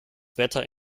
wetter